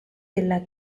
della